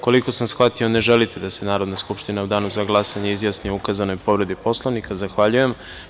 Koliko sam shvatio, ne želite da se Narodna skupština u danu za glasanje izjasni o ukazanoj povredi Poslovnika. (Vjerica Radeta: Ne.) Zahvaljujem.